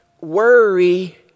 Worry